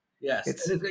yes